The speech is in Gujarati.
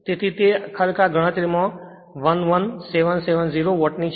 તેથી તે ખરેખર આ ગણતરીમાં 1 11770 વોટની છે